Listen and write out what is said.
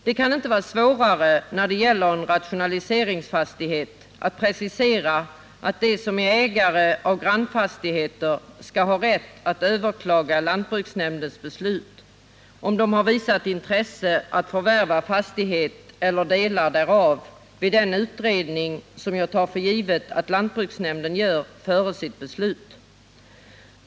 Det kan inte när det gäller en rationaliseringsfastighet vara svårare att precisera, att de som är ägare av grannfastigheter skall ha rätt att överklaga lantbruksnämndens beslut om de har visat intresse för att förvärva fastighet eller delar därav, vid den utredning som jag tar för givet att lantbruksnämnden gör före sitt beslut.